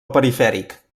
perifèric